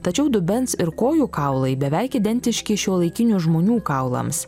tačiau dubens ir kojų kaulai beveik identiški šiuolaikinių žmonių kaulams